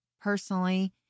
personally